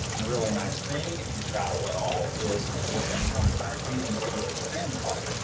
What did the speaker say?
and a really nice thing, if you travel at all, is to look at foreign currencies and see what the trends are.